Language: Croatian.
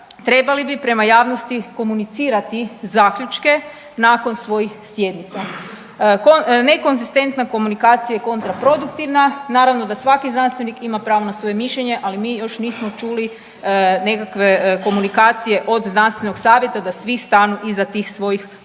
trebali prema javnosti komunicirati zaključke nakon svojih sjednica. Nekonzistentna komunikacija je kontra produktivna, naravno da svaki znanstvenik ima pravo na svoje mišljenje, ali mi još nismo čuli nekakve komunikacije od znanstvenog savjeta da svi stanu iza tih svojih poruka koje